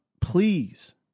please